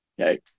Okay